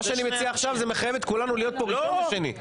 מה שאני מציע עכשיו מחייב את כולנו להיות פה ביום ראשון וביום שני.